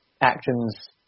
actions